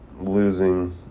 losing